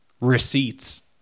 receipts